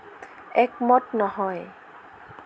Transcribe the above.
একমত নহয়